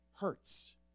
hurts